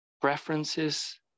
preferences